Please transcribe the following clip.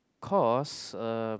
cause uh